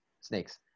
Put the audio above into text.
Snakes